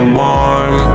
warm